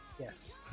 Yes